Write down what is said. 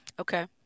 Okay